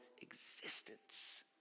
existence